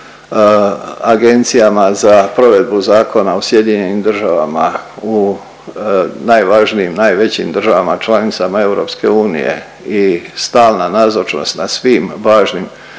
agencijama za provedbu zakona u SAD-u u najvažnijim, najvećim državama članice EU i stalna nazočnost na svim važnim sastancima